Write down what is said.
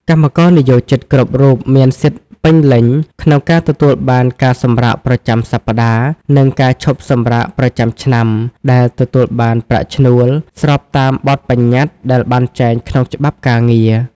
កម្មករនិយោជិតគ្រប់រូបមានសិទ្ធិពេញលេញក្នុងការទទួលបានការសម្រាកប្រចាំសប្តាហ៍ និងការឈប់សម្រាកប្រចាំឆ្នាំដែលទទួលបានប្រាក់ឈ្នួល ស្របតាមបទប្បញ្ញត្តិដែលបានចែងក្នុងច្បាប់ការងារ។